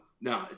No